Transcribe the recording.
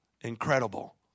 Incredible